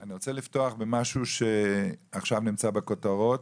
אני רוצה לפתוח במשהו שנמצא עכשיו בכותרות